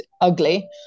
ugly